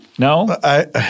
No